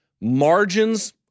Margins